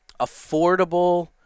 affordable